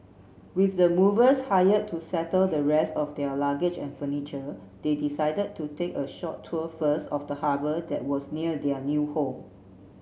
with the movers hired to settle the rest of their luggage and furniture they decided to take a short tour first of the harbour that was near their new home